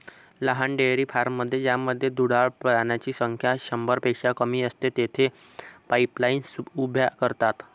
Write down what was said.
लहान डेअरी फार्ममध्ये ज्यामध्ये दुधाळ प्राण्यांची संख्या शंभरपेक्षा कमी असते, तेथे पाईपलाईन्स उभ्या करतात